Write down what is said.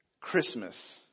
Christmas